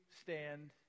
stand